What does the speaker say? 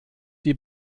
die